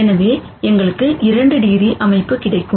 எனவே எங்களுக்கு 2 டிகிரி அமைப்பு கிடைக்கும்